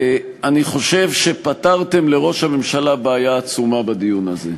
אני חושב שפתרתם לראש הממשלה בעיה עצומה בדיון הזה.